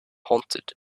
haunted